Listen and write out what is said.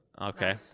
Okay